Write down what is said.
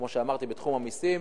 כמו שאמרתי, בתחום המסים.